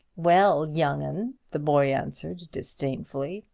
well, young un, the boy answered, disdainfully,